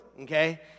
Okay